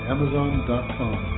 Amazon.com